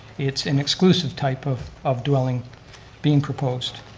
it's an exclusive type of of dwelling being proposed.